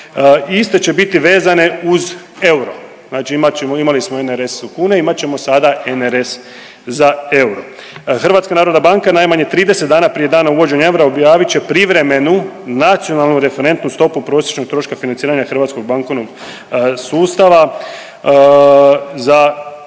iste će biti vezane uz euro. Znači imat ćemo, imali smo NRS u kune, imat ćemo sada NRS za euro. HNB najmanje 30 dana prije dana uvođenja eura objavit će privremenu nacionalnu referentnu stopu prosječnog troška financiranja hrvatskog bankovnog sustava za euro